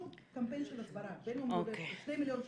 שוב, קמפיין של הסברה --- 2 מיליון שקלים,